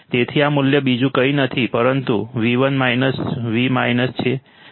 તેથી આ મૂલ્ય બીજું કંઈ નથી પરંતુ V1 V છે